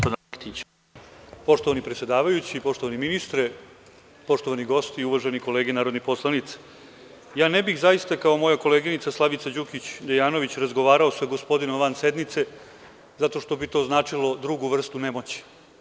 Poštovani predsedavajući, poštovani ministre, poštovani gosti i uvažene kolege narodni poslanici, ne bih zaista kao moja koleginica Slavica Đukić Dejanović razgovarao sa gospodinom van sednice zato što bi to značilo drugu vrstu nemoći.